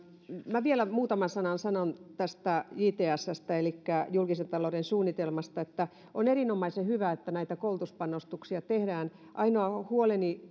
minä vielä muutaman sanan sanon tästä jtsstä elikkä julkisen talouden suunnitelmasta on erinomaisen hyvä että näitä koulutuspanostuksia tehdään ainoa huoleni